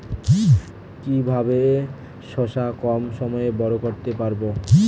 কিভাবে শশা কম সময়ে বড় করতে পারব?